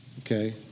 okay